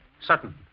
Sutton